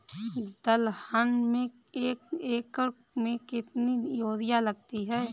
दलहन में एक एकण में कितनी यूरिया लगती है?